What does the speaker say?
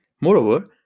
Moreover